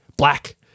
black